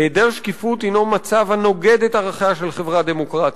היעדר שקיפות הינו מצב הנוגד את ערכיה של חברה דמוקרטית,